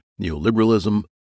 neoliberalism